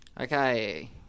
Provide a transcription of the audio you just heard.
Okay